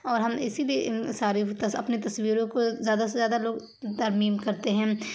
اور ہم اسی لیے ان ساری اپنی تصویروں کو زیادہ سے زیادہ لوگ ترمیم کرتے ہیں